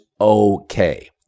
okay